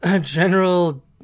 general